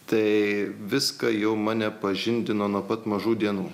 tai viską jau mane pažindino nuo pat mažų dienų